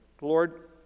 Lord